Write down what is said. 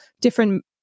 different